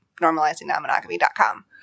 normalizingnonmonogamy.com